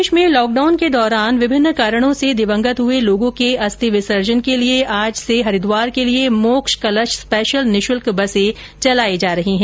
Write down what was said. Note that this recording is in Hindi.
प्रदेश में लॉकडाउन के दौरान विभिन्न कारणों से दिवंगत हुए लोगों के अस्थि विसर्जन के लिए आज से हरिद्वार के लिए मोक्ष कलश स्पेशल निःशुल्क बसे चलाई जा रही है